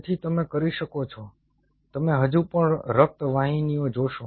તેથી તમે કરી શકો છો તમે હજુ પણ રક્ત વાહિનીઓ જોશો